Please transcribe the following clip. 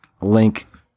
Link